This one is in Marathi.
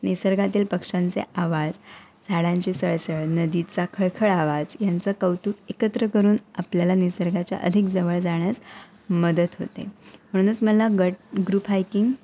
निसर्गातील पक्ष्यांचे आवाज झाडांची सळसळ नदीचा खळखळ आवाज ह्यांचं कौतुक एकत्र करून आपल्याला निसर्गाच्या अधिक जवळ जाण्यास मदत होते म्हणूनच मला गट ग्रुप हायकिंग